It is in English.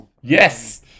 yes